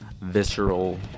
visceral